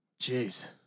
Jeez